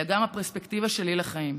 אלא גם הפרספקטיבה שלי לחיים.